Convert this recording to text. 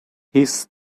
his